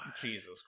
Jesus